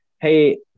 Hey